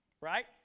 Right